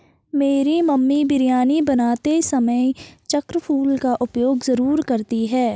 मेरी मम्मी बिरयानी बनाते समय चक्र फूल का उपयोग जरूर करती हैं